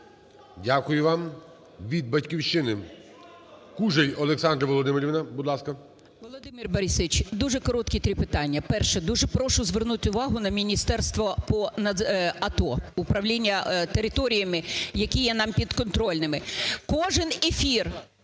Дякую вам. Від "Батьківщини" Кужель Олександра Володимирівна, будь ласка. 10:30:21 КУЖЕЛЬ О.В. Володимир Борисович, дуже короткі три питання. Перше. Дуже прошу звернути увагу на міністерство по АТО, управління територіями, які є нам підконтрольними. Кожен ефір